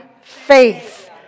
faith